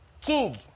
King